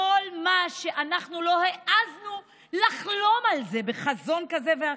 כל מה שאנחנו לא העזנו לחלום עליו בחזון כזה ואחר,